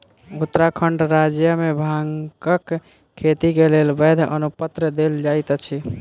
उत्तराखंड राज्य मे भांगक खेती के लेल वैध अनुपत्र देल जाइत अछि